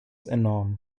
enorm